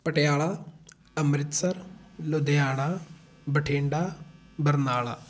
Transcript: Patiala Amritsar Ludhiana Bathinda Barnala